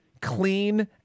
clean